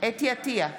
חוה אתי עטייה,